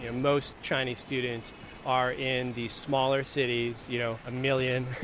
yeah most chinese students are in the smaller cities you know a million,